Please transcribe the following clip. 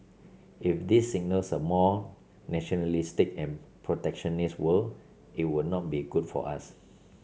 if this signals a more nationalistic and protectionist world it will not be good for us